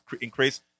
increase –